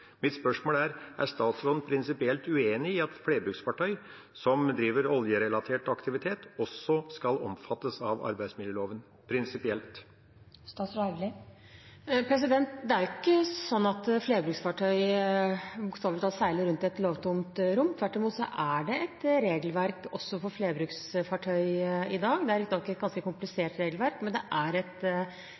Mitt spørsmål er: Er statsråden prinsipielt uenig i at flerbruksfartøy som driver oljerelatert aktivitet, også skal omfattes av arbeidsmiljøloven – prinsipielt? Det er ikke sånn at flerbruksfartøy bokstavelig talt seiler rundt i et lovtomt rom. Tvert imot er det et regelverk også for flerbruksfartøy i dag. Det er riktignok et ganske komplisert regelverk, men det er et